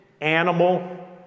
animal